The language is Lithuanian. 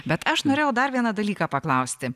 bet aš norėjau dar vieną dalyką paklausti